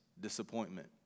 disappointment